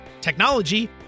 technology